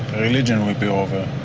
religion will be over.